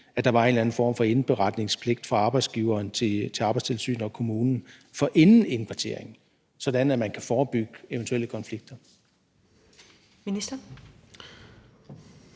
at der var en eller anden form for indberetningspligt for arbejdsgiveren til Arbejdstilsynet og kommunen forinden indkvartering, så man kan forebygge eventuelle konflikter?